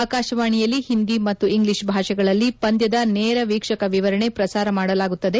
ಅಕಾಶವಾಣಿಯಲ್ಲಿ ಹಿಂದಿ ಮತ್ತು ಇಂಗ್ಲೀಷ್ ಭಾಷೆಗಳಲ್ಲಿ ಪಂದ್ಯದ ನೇರ ವೀಕ್ಷಕ ವಿವರಣೆ ಪ್ರಸಾರ ಮಾಡಲಾಗುತ್ತದೆ